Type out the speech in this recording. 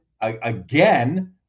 again